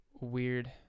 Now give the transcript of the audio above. weird